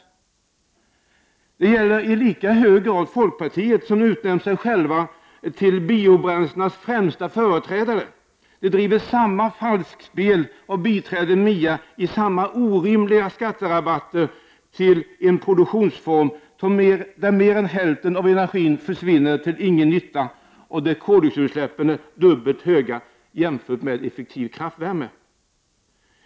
Detta gäller i lika hög grad folkpartiet, som utnämnt sig självt till biobränslenas främsta företrädare. Det driver samma falskspel och biträder i MIA samma orimliga skatterabatter till en produktionsform där mer än hälften av energin försvinner till ingen nytta och koldioxidutsläppen blir dubbelt så höga som vid t.ex. effektiv kraftvärme.